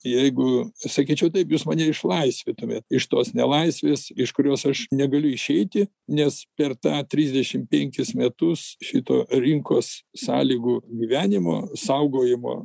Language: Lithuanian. jeigu sakyčiau taip jūs mane išlaisvintumėt iš tos nelaisvės iš kurios aš negaliu išeiti nes per tą trisdešimt penkis metus šito rinkos sąlygų gyvenimo saugojimo